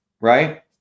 Right